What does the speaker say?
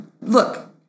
look